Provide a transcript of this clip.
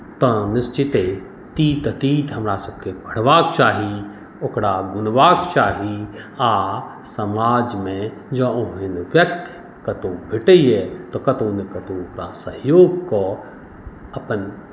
तऽ निश्चिते तीत अतीत हमरासभकेँ पढ़बाक चाही ओकरा गुणबाक चाही आ समाजमे जऽ ओहन व्यक्ति कतहु भेटैए तऽ कतहु ने कतहु ओकरा सहयोग कऽ अपन